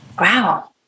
wow